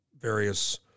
various